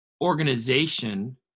organization